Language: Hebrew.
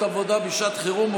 חברות הכנסת גולן ומארק,